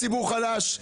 הציבור חלש,